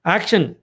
Action